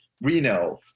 Reno